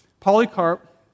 Polycarp